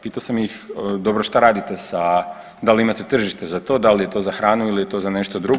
Pitao sam ih dobro šta radite sa, da li imate tržište za to, da li je to za hranu ili je to za nešto drugo.